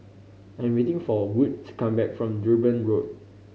I am waiting for Wood to come back from Durban Road